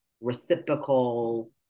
reciprocal